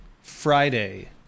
Friday